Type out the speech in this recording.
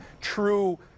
true